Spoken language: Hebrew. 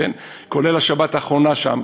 כולל השבת האחרונה שם.